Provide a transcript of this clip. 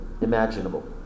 imaginable